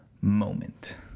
moment